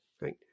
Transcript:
Right